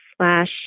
slash